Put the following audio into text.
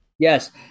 Yes